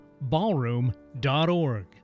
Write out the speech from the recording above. ballroom.org